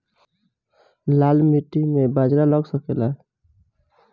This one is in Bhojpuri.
लाल माटी मे बाजरा लग सकेला?